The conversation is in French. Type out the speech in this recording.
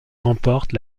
remporte